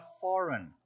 foreign